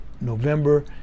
November